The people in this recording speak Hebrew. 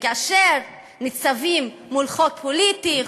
וכאשר ניצבים מול חוק פוליטי,